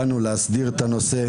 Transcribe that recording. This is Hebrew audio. באנו להסדיר את הנושא.